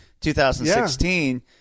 2016